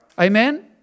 Amen